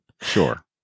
Sure